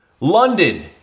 London